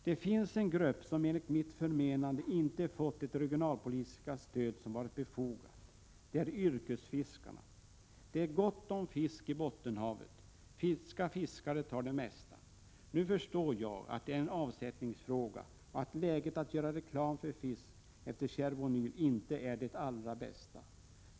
Det finns en grupp som enligt mitt förmenande inte fått det regionalpolitiska stöd som varit befogat. Det är yrkesfiskarna. Det är gott om fisk i Bottenhavet. Finska fiskare tar det mesta. Nu förstår jag att det är en avsättningsfråga och att läget när det gäller att göra reklam för fisk inte är det allra bästa efter Tjernobylolyckan.